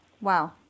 wow